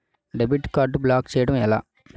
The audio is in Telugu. డెబిట్ కార్డ్ బ్లాక్ చేయటం ఎలా?